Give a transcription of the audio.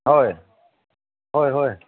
ꯍꯣꯏ ꯍꯣꯏ ꯍꯣꯏ